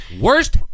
worst